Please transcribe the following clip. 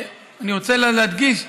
אני רוצה להדגיש: